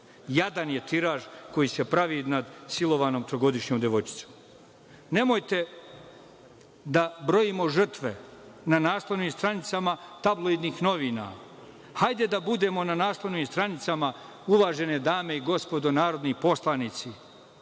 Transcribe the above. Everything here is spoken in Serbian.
Jadan je tiraž koji se pravi nad silovanom trogodišnjom devojčicom. Nemojte da brojimo žrtve na naslovnim stranicama tabloidnih novina. Hajde da budemo na naslovnim stranicama, uvažene dame i gospodo narodni poslanici.